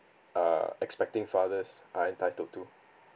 err expecting fathers are entitled to